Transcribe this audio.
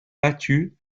battu